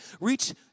reach